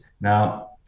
now